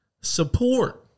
Support